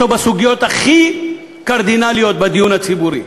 בסוגיות הכי קרדינליות בדיון הציבורי.